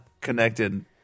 connected